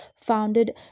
founded